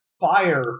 fire